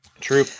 True